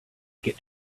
get